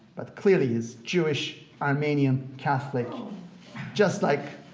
but clearly he's jewish, armenian, catholic just like